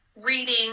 reading